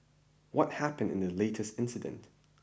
what happened in the latest incident